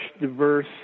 diverse